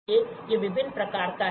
इसलिए ये विभिन्न प्रकार हैं